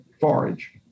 forage